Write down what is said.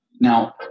now